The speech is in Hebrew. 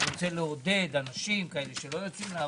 שכדי לעודד אנשים שלא יוצאים לעבוד,